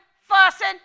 fussing